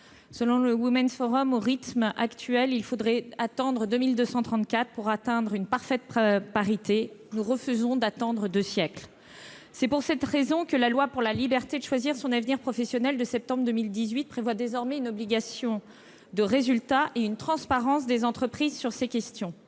Selon le, il faudrait, au rythme actuel, attendre 2234 pour obtenir une parité parfaite ... Nous refusons d'attendre deux siècles ! C'est pour cette raison que la loi pour la liberté de choisir son avenir professionnel de septembre 2018 prévoit une obligation de résultat et une transparence des entreprises sur ces questions.